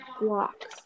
blocks